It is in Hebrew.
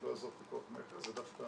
זה לא אזור פיקוח מכס, זה דווקא